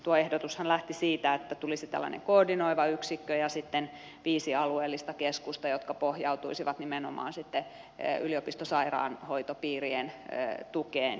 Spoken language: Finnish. tuo ehdotushan lähti siitä että tulisi tällainen koordinoiva yksikkö ja sitten viisi alueellista keskusta jotka pohjautuisivat nimenomaan yliopistosairaanhoitopiirien tukeen